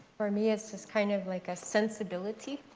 for me, it's just kind of like a sensibility.